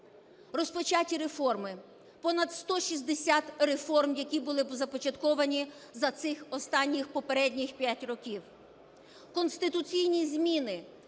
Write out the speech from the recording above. Розпочаті реформи, понад 160 реформ, які були започатковані за цих останніх, попередніх п'ять років. Конституційні зміни,